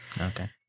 Okay